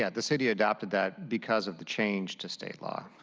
yeah the city adopted that because of the change to state law.